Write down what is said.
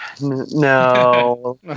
No